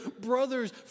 brothers